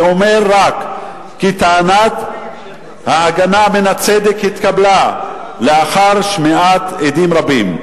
ואומר רק כי טענת ההגנה מן הצדק התקבלה לאחר שמיעת עדים רבים,